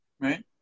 right